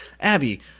Abby